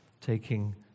taking